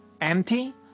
empty